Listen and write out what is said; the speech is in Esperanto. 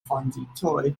fondintoj